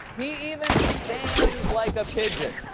he even stands like a pigeon.